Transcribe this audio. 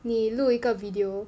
你录一个 video